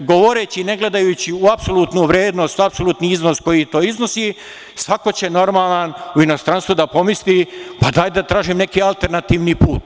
Ne govoreći, ne gledajući u apsolutnu vrednost, apsolutni iznos koji to iznosi, svako će normalan u inostranstvu da pomisli – pa, daj da tražim neki alternativni put.